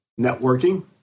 networking